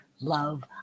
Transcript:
love